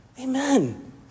Amen